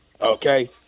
Okay